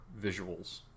visuals